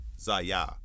Zaya